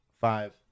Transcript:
five